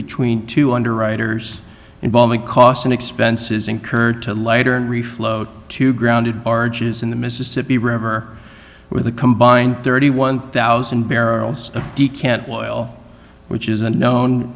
between two underwriters involving costs and expenses incurred to lighter and refloat to grounded barges in the mississippi river with a combined thirty one thousand barrels of can't well which is a known